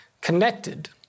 connected